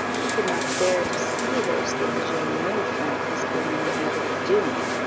you could not bear to see those things your new friend has been in the habit of doing.